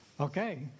Okay